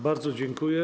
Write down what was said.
Bardzo dziękuję.